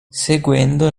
seguendo